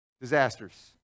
disasters